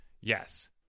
yes